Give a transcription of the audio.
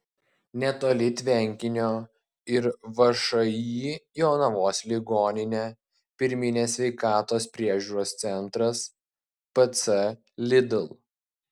netoli tvenkinio ir všį jonavos ligoninė pirminės sveikatos priežiūros centras pc lidl